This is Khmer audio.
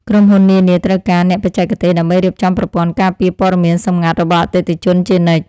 ក្រុមហ៊ុននានាត្រូវការអ្នកបច្ចេកទេស ដើម្បីរៀបចំប្រព័ន្ធការពារព័ត៌មានសម្ងាត់របស់អតិថិជនជានិច្ច។